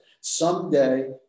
Someday